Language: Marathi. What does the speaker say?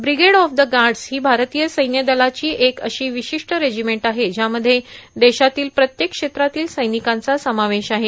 ब्रिगेड ऑफ दि गाईस ही भारतीय सैन्य दलाची एक अशी विशिष्ट रेजिमेंट आहे ज्यामध्ये देशातील प्रत्येक क्षेत्रातील सैनिकांचा समावेश आहे